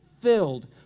filled